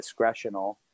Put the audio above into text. discretional